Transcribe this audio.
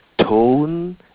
tone